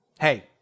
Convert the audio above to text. hey